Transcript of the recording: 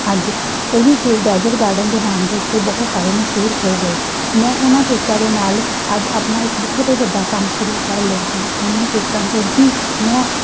ਅੱਜ ਉਹੀ cake dessert garden ਦੇ ਨਾਮ ਦੇ ਉੱਤੇ ਬਹੁਤ ਸਾਰੇ ਮਸ਼ਹੂਰ ਹੋ ਗਏ ਮੈਂ ਉਹਨਾਂ ਕੇਕਾਂ ਦੇ ਨਾਲ਼ ਅੱਜ ਆਪਣਾ ਇੱਕ ਬਹੁਤ ਵੱਡਾ ਕੰਮ ਸ਼ੁਰੂ ਕਰ ਲਿਆ ਹੈ ਉਹਨਾਂ ਕੇਕਾਂ ਤੋਂ ਹੀ ਮੈਂ